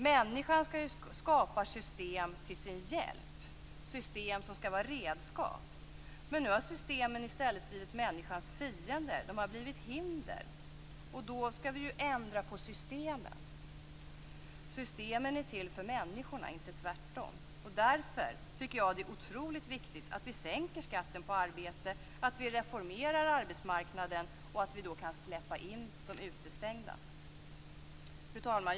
Människan skall ju skapa system till sin hjälp, system som skall vara redskap. Nu har systemen i stället blivit människans fiender. De har blivit hinder. Då skall vi ändra på systemen. Systemen är till för människorna, inte tvärtom. Därför tycker jag att det är otroligt viktigt att vi sänker skatten på arbete, att vi reformerar arbetsmarknaden så att vi kan släppa in de utestängda. Fru talman!